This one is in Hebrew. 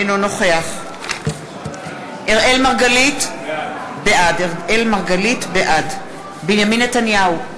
אינו נוכח אראל מרגלית, בעד בנימין נתניהו,